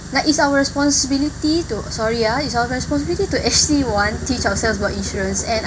like it's our responsibility to sorry ah it's our responsibility to actually one teach ourselves about insurance and